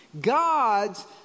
God's